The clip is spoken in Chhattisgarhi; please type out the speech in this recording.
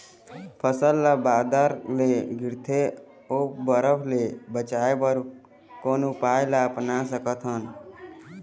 फसल ला बादर ले गिरथे ओ बरफ ले बचाए बर कोन उपाय ला अपना सकथन?